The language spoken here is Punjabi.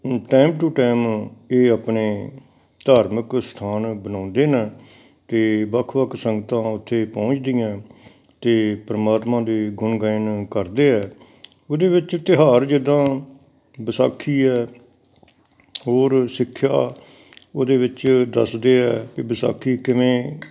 ਟਾਈਮ ਟੂ ਟਾਈਮ ਇਹ ਆਪਣੇ ਧਾਰਮਿਕ ਸਥਾਨ ਬਣਾਉਂਦੇ ਨੇ ਅਤੇ ਵੱਖ ਵੱਖ ਸੰਗਤਾਂ ਉੱਥੇ ਪਹੁੰਚਦੀਆਂ ਅਤੇ ਪਰਮਾਤਮਾ ਦੇ ਗੁਣ ਗਾਇਨ ਕਰਦੇ ਹੈ ਉਹਦੇ ਵਿੱਚ ਤਿਉਹਾਰ ਜਿੱਦਾਂ ਵਿਸਾਖੀ ਹੈ ਹੋਰ ਸਿੱਖਿਆ ਉਹਦੇ ਵਿੱਚ ਦੱਸਦੇ ਹੈ ਵੀ ਵਿਸਾਖੀ ਕਿਵੇਂ